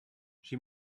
she